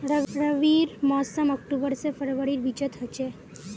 रविर मोसम अक्टूबर से फरवरीर बिचोत होचे